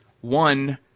one